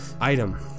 item